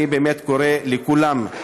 אני באמת קורא לכולם,